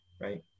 right